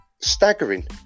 staggering